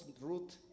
Ruth